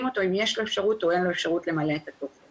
אותו אם יש לו או א ין לו אפשרות למלא את הטופס,